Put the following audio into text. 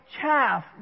chaff